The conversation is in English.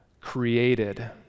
created